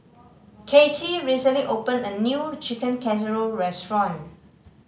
Cathy recently opened a new Chicken Casserole restaurant